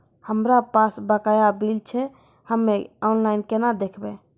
हमरा पास बकाया बिल छै हम्मे ऑनलाइन केना देखबै?